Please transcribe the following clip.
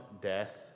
death